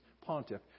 pontiff